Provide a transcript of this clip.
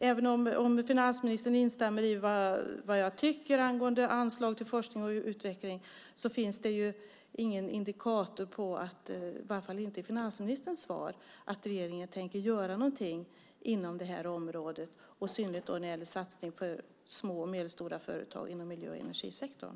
Även om finansministern instämmer i vad jag tycker angående anslag till forskning och utveckling finns det ingen indikator, i varje fall inte i finansministerns svar, på att regeringen tänker göra någonting på det här området och i synnerhet när det gäller satsning på små och medelstora företag inom miljö och energisektorn.